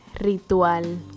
Ritual